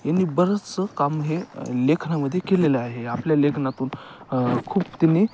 यांनी बरंचसं काम हे लेखनामध्ये केलेलं आहे आपल्या लेखनातून खूप त्यांनी